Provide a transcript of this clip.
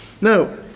No